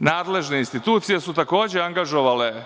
nadležne institucije su takođe angažovale